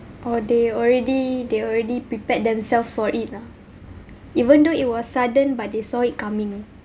or they already they already prepared themselves for it lah even though it was sudden but they saw it coming